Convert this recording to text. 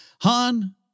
Han